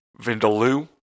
Vindaloo